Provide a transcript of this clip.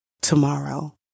tomorrow